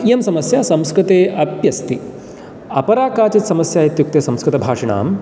इयं समस्या संस्कृते अपि अस्ति अपरा काचित् समस्या इत्युक्ते संस्कृतभाषिणां